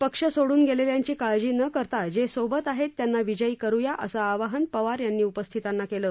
पक्ष सोडून गेलेल्यांची काळजी न करता जे सोबत आहेतत्यांना विजयी करूया असं आवाहन पवार यांनी उपस्थितांना केलं